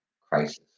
crisis